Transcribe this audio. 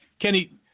Kenny